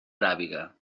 aràbiga